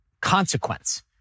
Consequence